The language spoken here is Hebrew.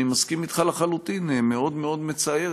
אני מסכים אתך לחלוטין, מאוד מאוד מצער